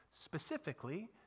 specifically